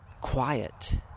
quiet